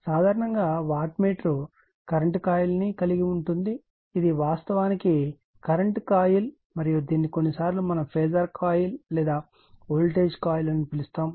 సాధారణంగా watt meter current కాయిల్ను కలిగి ఉంటుంది ఇది వాస్తవానికి కరెంట్ కాయిల్ మరియు దీనిని కొన్నిసార్లు మనం ఫేజార్ కాయిల్ లేదా వోల్టేజ్ కాయిల్ అని పిలుస్తాము